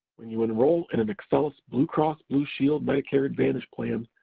when you enroll in an excellus bluecross blueshield medicare advantage plan,